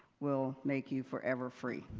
will make you forever free.